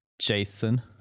Jason